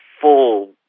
full